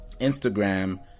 Instagram